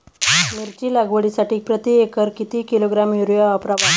मिरची लागवडीसाठी प्रति एकर किती किलोग्रॅम युरिया वापरावा?